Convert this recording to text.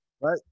right